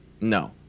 No